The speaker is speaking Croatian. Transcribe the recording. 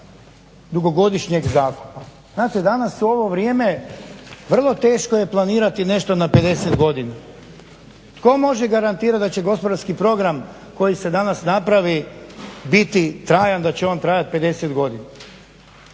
dugogodišnjeg zakupa. Znate danas u ovo vrijeme vrlo teško je planirati nešto na pedeset godina. Tko može garantirati da će gospodarski program koji se danas napravi biti trajan, da će on trajati 50 godina?